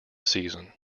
season